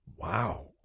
Wow